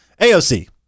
AOC